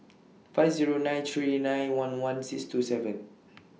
five Zero nine three nine one one six two seven